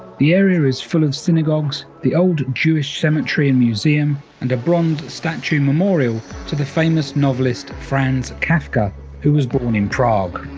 the area is full of synagogues the old jewish cemetery and museum and a bronze statue memorial to the famous novelist franz kafka who was born in prague.